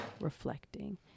reflecting